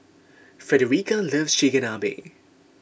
Fredericka loves Chigenabe